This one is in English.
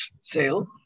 sale